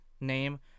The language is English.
name